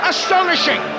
Astonishing